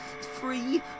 free